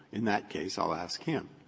in that case i'll ask him.